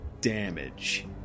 damage